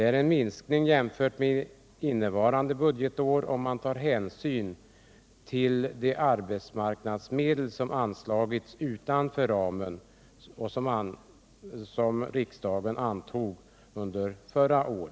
I förhållande till innevarande budgetår innebär detta en minskning, om man tar hänsyn till de arbetsmarknadsmedel som förra året anslogs utanför ramen.